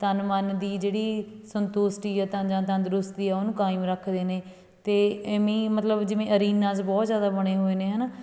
ਤਨ ਮਨ ਦੀ ਜਿਹੜੀ ਸੰਤੁਸ਼ਟੀ ਆ ਤੰ ਜਾਂ ਤੰਦਰੁਸਤੀ ਆ ਉਹਨੂੰ ਕਾਇਮ ਰੱਖਦੇ ਨੇ ਅਤੇ ਐਵੀਂ ਮਤਲਬ ਜਿਵੇਂ ਅਰੀਨਾਸ ਬਹੁਤ ਜ਼ਿਆਦਾ ਬਣੇ ਹੋਏ ਨੇ ਹੈ ਨਾ